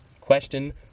Question